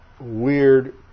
weird